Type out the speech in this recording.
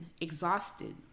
exhausted